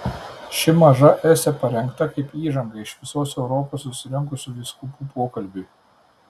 ši maža esė parengta kaip įžanga iš visos europos susirinkusių vyskupų pokalbiui